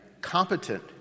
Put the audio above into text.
competent